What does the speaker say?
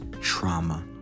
trauma